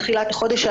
בתחילת החודש,